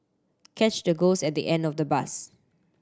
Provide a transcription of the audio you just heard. catch the ghost at the end of the bus